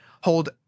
hold